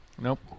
Nope